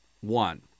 one